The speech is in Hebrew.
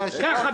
ככה,